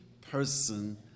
person